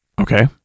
Okay